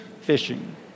fishing